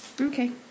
Okay